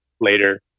later